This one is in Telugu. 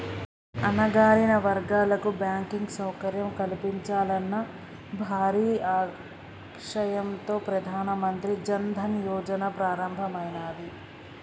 అణగారిన వర్గాలకు బ్యాంకింగ్ సౌకర్యం కల్పించాలన్న భారీ ఆశయంతో ప్రధాన మంత్రి జన్ ధన్ యోజన ప్రారంభమైనాది